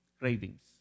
cravings